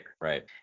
Right